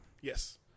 Yes